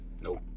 Nope